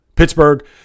Pittsburgh